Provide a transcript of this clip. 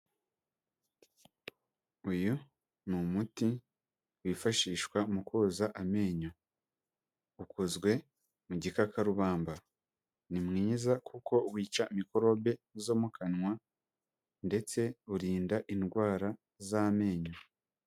Uyu ni umuti wifashishwa mu koza amenyo. Ukozwe mu gikakarubamba. Ni mwiza kuko wica mikorobe zo mu kanwa ndetse urinda indwara z'amenyo.